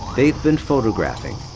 they've been photographing,